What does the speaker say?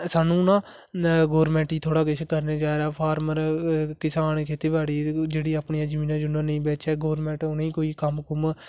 सानू ना गवर्नमेंट गी थोह्ड़ा किश करना चाहिदा फार्मर किसान खेती बाड़ी जेहड़ी अपनी जमीना नेईं बेचे गवर्नमेंट उहेंगी कोई कम्म कुम्म